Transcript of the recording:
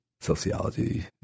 sociology